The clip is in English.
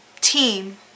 team